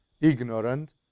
ignorant